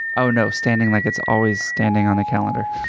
oh, no. standing like it's always standing on the calendar.